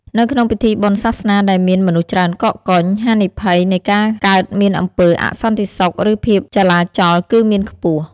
នៅក្នុងពិធីបុណ្យសាសនាដែលមានមនុស្សច្រើនកកកុញ ហានិភ័យនៃការកើតមានអំពើអសន្តិសុខ ឬភាពចលាចលគឺមានខ្ពស់។